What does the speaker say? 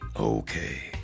Okay